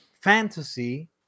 fantasy